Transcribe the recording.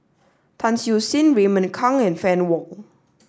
Tan Siew Sin Raymond Kang and Fann Wong